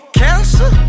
cancer